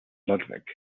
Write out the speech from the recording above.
ludwig